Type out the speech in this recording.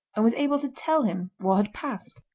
and was able to tell him what had passed.